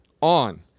on